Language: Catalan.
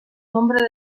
nombre